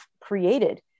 created